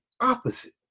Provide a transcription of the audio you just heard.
opposite